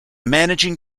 managing